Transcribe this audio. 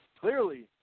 Clearly